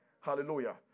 Hallelujah